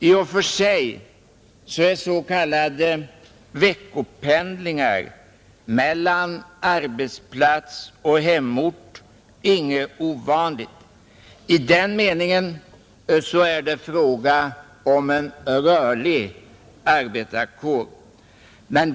I och för sig är s.k. veckopendlingar mellan arbetsplats och hemort ingenting ovanligt — i den meningen är det fråga om en rörlig arbetarkår.